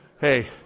Hey